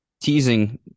teasing